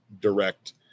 direct